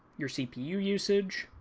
your cpu usage,